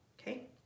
okay